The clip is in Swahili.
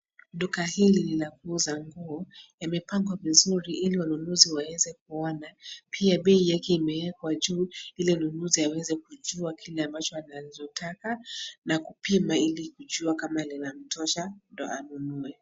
Duka hili linauza manguo. Yamepangwa pazuri ili wanunuzi waweze kuona pia bei yakeimewekwa juu ili mnunuzi awezekujua kile ambacho anataka na kupima ili kujua kama linamtosha ndio anunue.